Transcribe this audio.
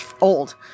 old